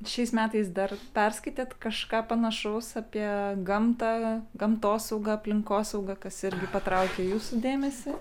šiais metais dar perskaitėt kažką panašaus apie gamtą gamtosaugą aplinkosaugą kas irgi patraukė jūsų dėmesį